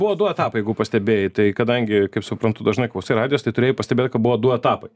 buvo du etapai jeigu pastebėjai tai kadangi kaip suprantu dažnai klausai radijos tai turėjai pastebėt kad buvo du etapai